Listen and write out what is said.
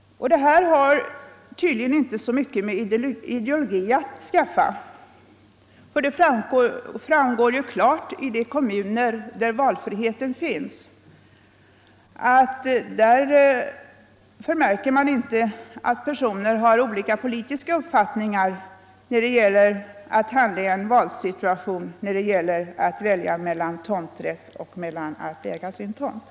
Det här har tydligen inte så mycket med ideologi att skaffa, för i de kommuner där valfrihet finns förmärker man inte att personer med skilda politiska uppfattningar handlar olika i en valsituation där det gäller att inneha tomträtt eller att äga sin tomt.